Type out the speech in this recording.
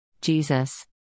Jesus